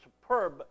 superb